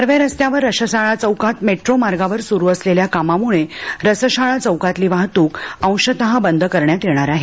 कर्वे रस्त्यावर रसशाळा चौकात मेट्रो मार्गावर सुरू असलेल्या कामामुळे रसशाळा चौकातली वाहतूक अंशतः बंद करण्यात येणार आहे